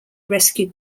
rescued